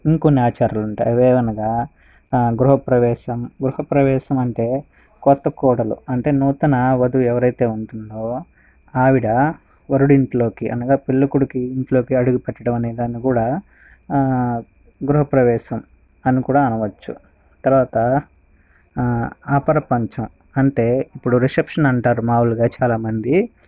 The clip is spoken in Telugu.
ఇంకా కొన్ని ఆచారాలు ఉంటాయి అవి ఏమనగా గృహప్రవేశం గృహప్రవేశం అంటే కొత్త కోడలు అంటే నూతన వధువు ఎవరు అయితే ఉంటుందో ఆవిడ వరుడి ఇంట్లోకి అనగా పెళ్ళి కొడుకు ఇంట్లోకి అడుగు పెట్టడం అనేదాన్ని కూడా గృహప్రవేశం అని కూడా అనవచ్చు తర్వాత ఆపర పంచం అంటే ఇప్పుడు రిసెప్షన్ అంటారు మామూలుగా చాలామంది